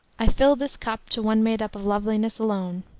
i fill this cup to one made up of loveliness alone,